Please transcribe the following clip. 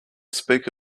speak